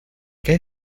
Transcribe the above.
qué